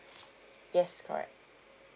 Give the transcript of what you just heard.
yes correct